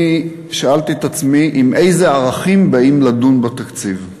אני שאלתי את עצמי עם איזה ערכים באים לדון בתקציב.